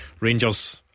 Rangers